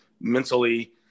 mentally